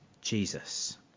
Jesus